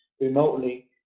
remotely